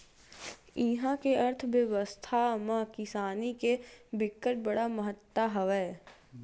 इहा के अर्थबेवस्था म किसानी के बिकट बड़का महत्ता हवय